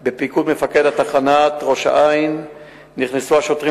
בפיקוח מפקד תחנת ראש-העין נכנסו השוטרים